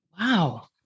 Wow